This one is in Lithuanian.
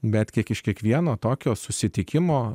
bet kiek iš kiekvieno tokio susitikimo